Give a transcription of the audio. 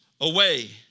away